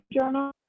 journal